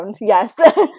yes